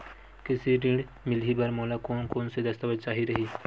कृषि ऋण मिलही बर मोला कोन कोन स दस्तावेज चाही रही?